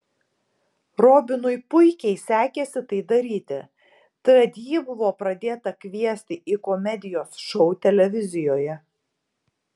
robinui puikiai sekėsi tai daryti tad jį buvo pradėta kviesti į komedijos šou televizijoje